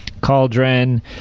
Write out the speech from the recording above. Cauldron